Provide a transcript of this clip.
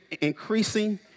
increasing